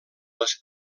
les